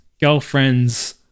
girlfriends